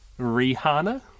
rihanna